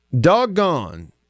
Doggone